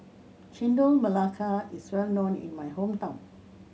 Chendol Melaka is well known in my hometown